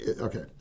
okay